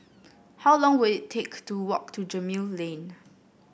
how long will it take to walk to Gemmill Lane